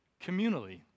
communally